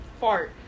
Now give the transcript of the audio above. fart